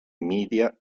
media